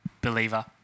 believer